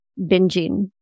binging